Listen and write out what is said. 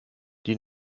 die